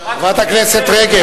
שרת החוץ, חברת הכנסת רגב.